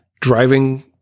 driving